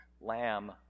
lamb